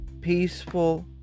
peaceful